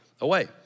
away